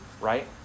right